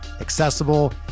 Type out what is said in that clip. accessible